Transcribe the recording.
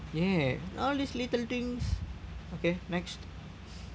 ya all these little things okay next